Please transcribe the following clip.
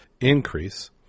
increase